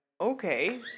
okay